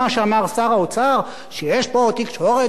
שיש פה תקשורת חופשית ואין שום בעיה,